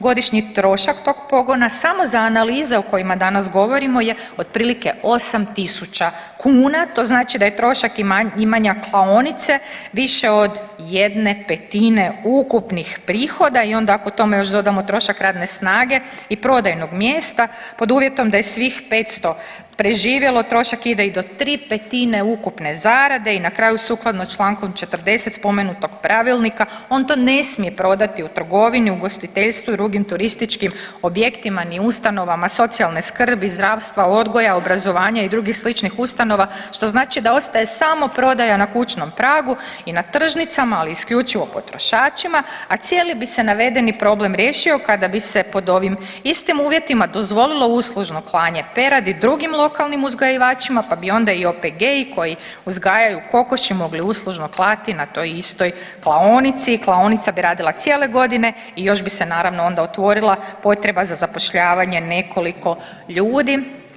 Godišnji trošak tog pogona samo za analize o kojima danas govorimo je otprilike 8.000 kuna to znači da je trošak imanja klaonice više od jedne petine ukupnih prihoda i onda ako tome još dodamo trošak radne snage i prodajnog mjesta, pod uvjetom da je svih 500 preživjelo trošak ide i do tri petine ukupne zarade i na kraju sukladno čl. 40. spomenutog pravilnika on to ne smije prodati u trgovini, ugostiteljstvu i drugim turističkim objektima ni ustanovama socijalne skrbi, zdravstva, odgoja, obrazovanja i dr. sličnih ustanova što znači da ostaje samo prodaja na kućnom pragu i na tržnicama, ali isključivo potrošačima, a cijeli bi se navedeni problem riješio kada bi se po ovim istim uvjetima dozvolilo uslužno klanje peradi drugim lokalnim uzgajivačima pa bi onda i OPG-i koji uzgajaju kokoši mogli uslužno klati na toj istoj klaonici i klaonica bi radila cijele godine i još bi se naravno onda otvorila potreba za zapošljavanjem nekoliko ljudi.